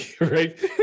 Right